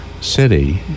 City